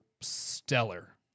stellar